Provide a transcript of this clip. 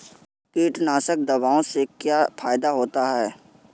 कीटनाशक दवाओं से क्या फायदा होता है?